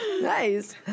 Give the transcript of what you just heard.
nice